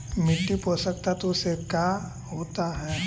मिट्टी पोषक तत्त्व से का होता है?